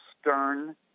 stern